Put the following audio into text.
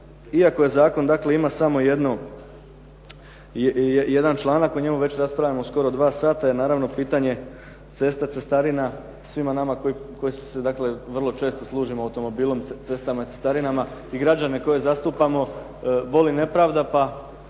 iako je zakon, dakle ima samo jedan članak, o njemu već raspravljamo skoro 2 sata, jer naravno pitanje cesta, cestarina, svima nama koji se dakle vrlo služimo automobilom, cestama, cestarinama i građane koje zastupamo boli nepravda pa